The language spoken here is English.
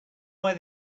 why